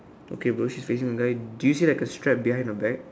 okay bro she's facing the guy do you see like a strap behind her back